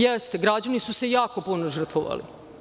Jeste, građani su se jako puno žrtvovali.